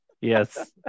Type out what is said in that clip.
Yes